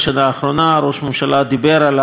ראש הממשלה דיבר על החשש הזה,